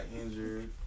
injured